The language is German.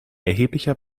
erheblicher